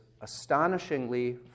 astonishingly